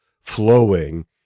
flowing